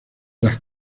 las